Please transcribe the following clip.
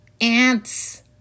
ants